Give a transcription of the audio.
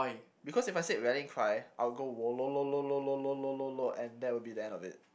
because if I said rallying cry I will go and that will be the end of it